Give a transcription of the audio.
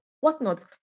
whatnot